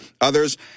others